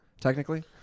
Technically